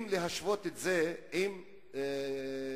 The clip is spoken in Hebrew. אם להשוות את זה עם פתח-תקווה,